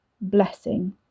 blessing